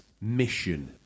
mission